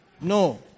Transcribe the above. No